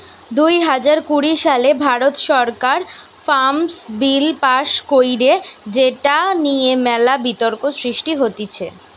দুই হাজার কুড়ি সালে ভারত সরকার ফার্মার্স বিল পাস্ কইরে যেটা নিয়ে মেলা বিতর্ক সৃষ্টি হতিছে